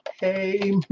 Hey